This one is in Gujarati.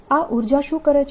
આ ઉર્જા શું કરે છે